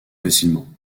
facilement